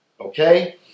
Okay